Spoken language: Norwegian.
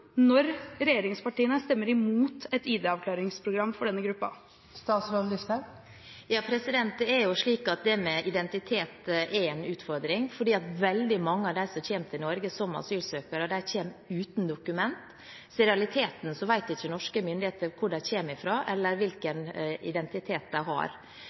når regjeringspartiene stemmer imot et ID-avklaringsprogram for denne gruppen? Det med identitet er en utfordring, for veldig mange av dem som kommer til Norge som asylsøkere, kommer uten dokumenter. I realiteten vet ikke norske myndigheter hvor de kommer fra, eller hvilken identitet de har.